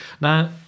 Now